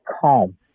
calm